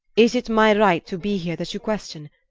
is it my right to be here that you question?